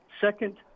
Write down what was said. Second